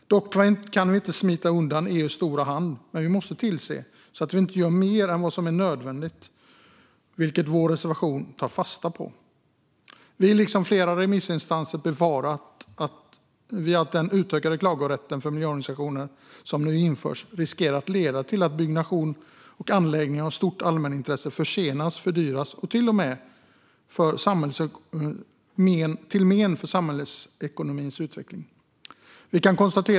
Dock kan vi inte smita undan EU:s stora hand, men vi måste tillse så att vi inte gör mer än vad som är nödvändigt, vilket vår reservation tar fasta på. Vi liksom flera remissinstanser befarar att den utökade klagorätten för miljöorganisationer som nu införs riskerar att leda till att byggnation och anläggningar av stort allmänintresse försenas och fördyras till men för samhällsekonomins utveckling.